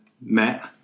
met